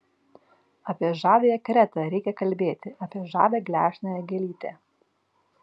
apie žaviąją kretą reikia kalbėti apie žavią gležnąją gėlytę